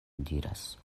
diras